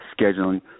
scheduling –